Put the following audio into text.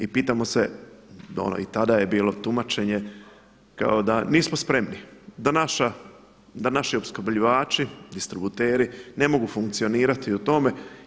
I pitamo se, i tada je bilo tumačenje kao da nismo spremni, da naši opskrbljivači, distributeri ne mogu funkcionirati u tome.